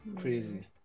Crazy